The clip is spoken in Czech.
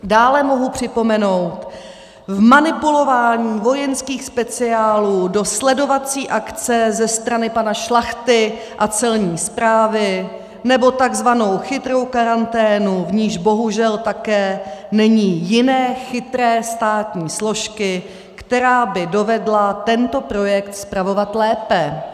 Dále mohu připomenout vmanipulování vojenských speciálů do sledovací akce ze strany pana Šlachty a Celní správy, nebo takzvanou chytrou karanténu, v níž bohužel také není jiné chytré státní složky, která by dovedla tento projekt spravovat lépe.